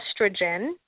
estrogen